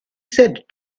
said